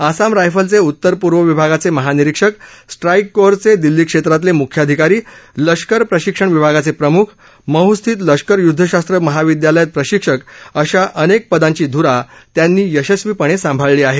आसाम रायफलचे उतर पूर्व विभागाचे महानिरीक्षक स्ट्राइक कोअरचे दिल्ली क्षेत्रातले मुख्याधिकारी लष्कर प्रशिक्षण विभागाचे प्रमुख महस्थित लष्कर युद्धशास्त्र महाविद्यालयात प्रशिक्षक अशा अनेक पदांची ध्रा त्यांनी यशस्वीपणे सांभाळली आहे